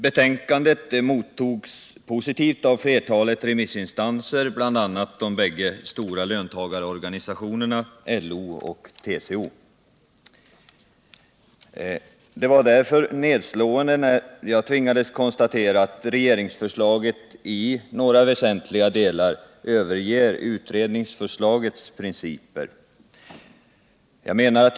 Betänkandet mottogs positivt av flertalet remissinstanser, bl.a. av de stora löntagarorganisationerna LO och TCO. Det är därför nedslående att tvingas konstatera att regeringsförslaget i några viktiga delar överger utredningsförslagets principer.